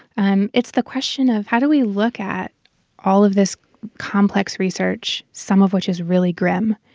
and it's the question of how do we look at all of this complex research, some of which is really grim,